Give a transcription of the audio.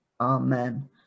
Amen